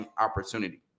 Opportunity